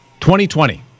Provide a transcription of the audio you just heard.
2020